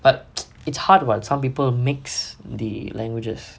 but it's hard while some people mix the languages